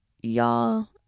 y'all